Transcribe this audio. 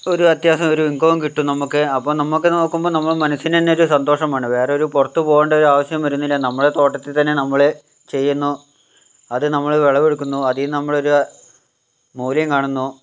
ഒരു അത്യാവശ്യം ഒരു ഇൻകവും കിട്ടുംനമുക്ക് അപ്പൊൾ നമ്മുക്ക് നോക്കുമ്പോൾ നമ്മുടെ മനസിന് തന്നെ ഒരു സന്തോഷമാണത് വേറൊരു പുറത്ത് പോകണ്ട ഒരാവശ്യം വരുന്നില്ല നമ്മുടെ തോട്ടത്തിൽ തന്നെ നമ്മള് ചെയ്യുന്നു അതു നമ്മള് വിളവെടുക്കുന്നു അതിൽ നമ്മള് ഒരു മൂല്യം കാണുന്നു